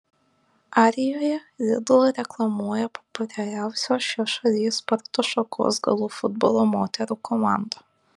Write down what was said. arijoje lidl reklamuoja populiariausios šios šalies sporto šakos galų futbolo moterų komanda